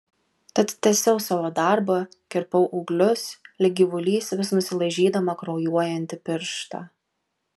tad tęsiau savo darbą kirpau ūglius lyg gyvulys vis nusilaižydama kraujuojantį pirštą